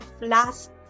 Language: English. last